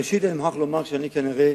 ראשית אני מוכרח לומר שאני כנראה